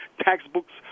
textbooks